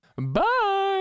bye